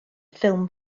ffilm